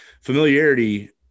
familiarity